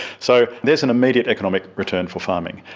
so there's an immediate economic return for farming.